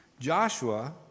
Joshua